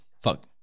Fuck